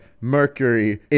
mercury